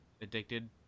addicted